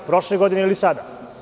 Prošle godine ili sada?